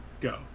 go